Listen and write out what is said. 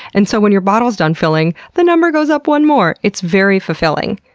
and so when your bottle's done filling, the number goes up one more. it's very fulfilling.